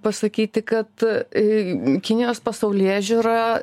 pasakyti kad kinijos pasaulėžiūra